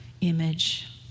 image